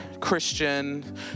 Christian